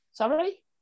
sorry